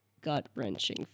gut-wrenching